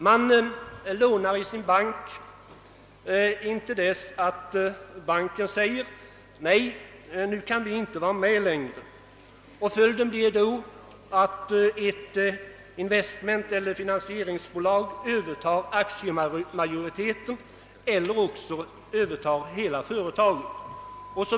Man lånar i sin bank till dess att banken säger: »Nej, nu kan vi inte vara med längre.» Följden av detta blir att ett investmenteller finansieringsbolag övertar aktiemajoriteten eller hela företaget.